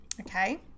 Okay